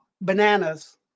bananas